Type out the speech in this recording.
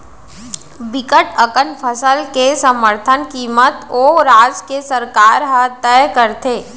बिकट अकन फसल के समरथन कीमत ओ राज के सरकार ह तय करथे